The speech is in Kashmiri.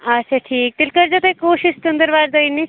آچھا ٹھیٖک تیٚلہِ کٔرزیو تُہۍ کوٗشِش ژٔندٕروارِ دۄہ یِنٕچ